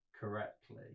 correctly